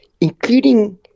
including